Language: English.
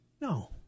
No